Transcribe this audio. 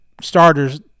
starters